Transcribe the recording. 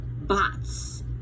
bots